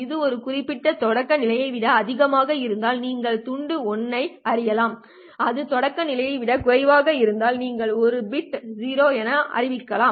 இது ஒரு குறிப்பிட்ட தொடக்கநிலையை விட அதிகமாக இருந்தால் நீங்கள் துண்டை 1 என அறிவிக்கலாம் அது தொடக்கநிலையை விட குறைவாக இருந்தால் நீங்கள் ஒரு பிட் 0 என அறிவிக்கலாம்